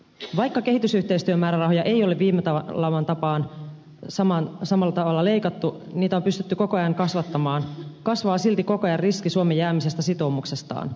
vaikka kehitysyhteistyömäärärahoja ei ole viime laman tapaan samalla tavalla leikattu niitä on pystytty koko ajan kasvattamaan kasvaa silti koko ajan riski suomen jäämisestä sitoumuksestaan